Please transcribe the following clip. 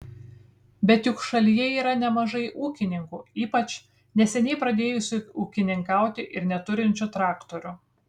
bet juk šalyje yra nemažai ūkininkų ypač neseniai pradėjusių ūkininkauti ir neturinčių traktorių